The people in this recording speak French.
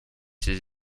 ses